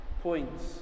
points